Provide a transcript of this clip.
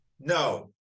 no